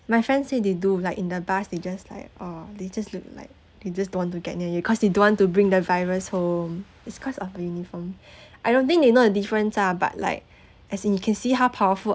my friend say they do like in the bus they just like ah they just look like they just don't want to get near you cause they don't want to bring the virus home it's cause of the uniform I don't think they know the difference ah but like as in you can see how powerful